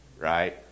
right